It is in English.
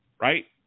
right